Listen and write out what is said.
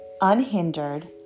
unhindered